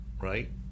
right